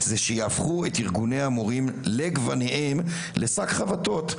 שיהפכו את ארגוני המורים לגווניהם לשק חבטות.